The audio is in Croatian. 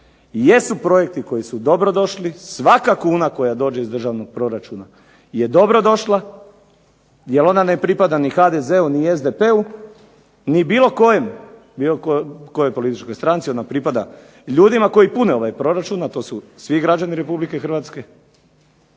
jesu projekti koji su dobrodošli. Svaka kuna koja dođe iz državnog proračuna je dobrodošla jer ona ne pripada ni HDZ-u ni SDP-u ni bilo kojoj političkoj stranci, ona pripada ljudima koji pune ovaj proračun, a to su svi građani Republike Hrvatske.